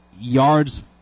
yards